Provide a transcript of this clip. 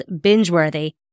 binge-worthy